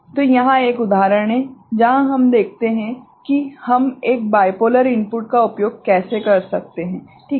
तो यहां एक उदाहरण है जहां हम देखते हैं कि हम एक बाइपोलर इनपुट का उपयोग कैसे कर सकते हैं ठीक है